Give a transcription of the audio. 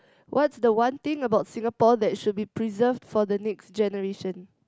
what's the one thing about Singapore that should be preserved for the next generation